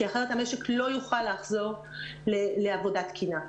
כי אחרת המשק לא יוכל לחזור לעבודה תקינה.